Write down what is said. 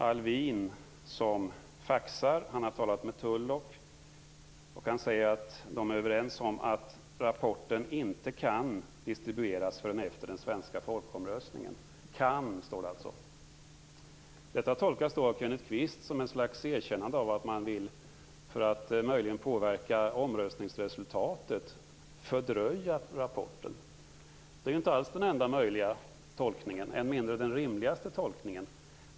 Alvin faxar, han har talat med Tulloch och säger att man är överens om att rapporten inte kan distribueras förrän efter den svenska folkomröstningen - "kan" står det alltså. Detta tolkas av Kenneth Kvist som något slags erkännande av att man vill, för att möjligen påverka folkomröstningens resultat, fördröja rapporten. Det är inte alls den enda möjliga tolkningen, än mindre den rimligaste tolkningen.